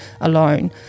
alone